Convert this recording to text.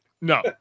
No